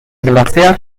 glaciar